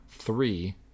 three